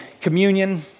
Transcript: communion